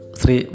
sri